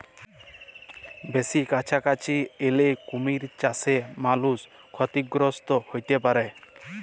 বেসি কাছাকাছি এলে কুমির চাসে মালুষ ক্ষতিগ্রস্ত হ্যতে পারে